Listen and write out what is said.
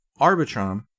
Arbitron